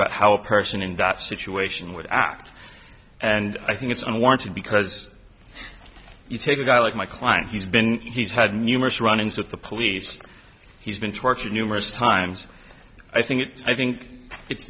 about how a person in that situation would act and i think it's unwarranted because if you take a guy like my client he's been he's had numerous run ins with the police he's been tortured numerous times i think i think it's